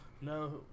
No